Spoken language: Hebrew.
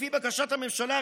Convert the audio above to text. לפי בקשת הממשלה,